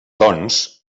doncs